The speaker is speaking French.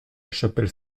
chapelle